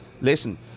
listen